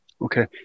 Okay